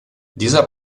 dieser